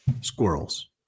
squirrels